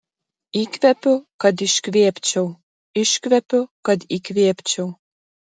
įkvepiu kad iškvėpčiau iškvepiu kad įkvėpčiau